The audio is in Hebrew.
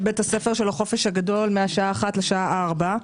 בית הספר של החופש הגדול מהשעה 13:00 ל-16:00.